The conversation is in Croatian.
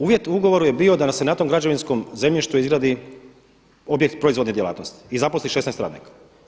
Uvjet u ugovoru je bio da se na tom građevinskom zemljištu izgradi objekt proizvodne djelatnosti i zaposli 16 radnika.